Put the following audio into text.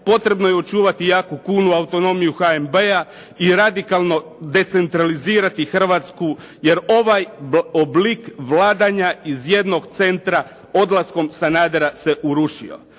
Potrebno je očuvati jaku kunu, autonomiju HNB-a i radikalno decentralizirati Hrvatsku jer ovaj oblik vladanja iz jednog centra odlaskom Sanadera se urušio.